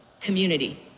community